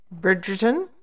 Bridgerton